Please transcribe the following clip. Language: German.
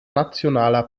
nationaler